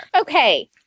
Okay